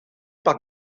par